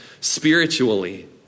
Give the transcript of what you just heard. spiritually